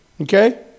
Okay